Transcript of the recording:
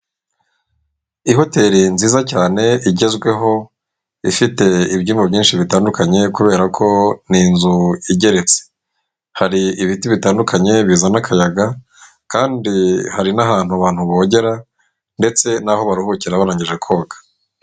Ihoteli nziza cyane igezweho, ifite ibyuma byinshi bitandukanye kubera ko ni inzu igeretse, hari ibiti bitandukanye bizana akayaga kandi hari n'ahantu abantu bogera ndetse n'aho baruhukira barangije koga.